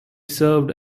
served